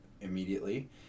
immediately